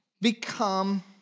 become